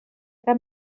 cap